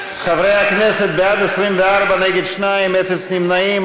חברי הכנסת, בעד 24, נגד, 2, אפס נמנעים.